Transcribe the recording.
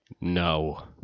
no